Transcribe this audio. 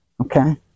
okay